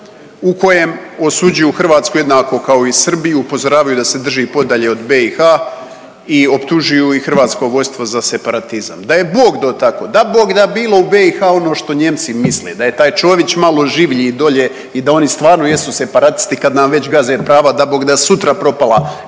u kojem osuđuju Hrvatsku jednako kao i Srbiju, upozoravaju da se drži podalje od BiH i optužuju i hrvatsko vodstvo za separatizam. Da je Bog dao tako, dabogda bilo u BiH ono što Nijemci misle, da je taj Čović malo življi dolje i da oni stvarno jesu separatisti kad nam već gaze prava dabogda sutra propala